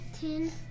ten